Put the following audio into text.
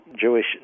jewish